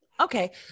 Okay